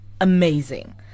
amazing